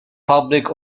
public